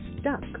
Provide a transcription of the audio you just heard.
stuck